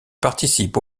participe